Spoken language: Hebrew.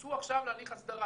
שייכנסו עכשיו להליך הסדרה,